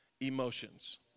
emotions